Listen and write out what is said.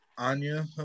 Anya